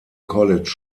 college